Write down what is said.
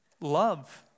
Love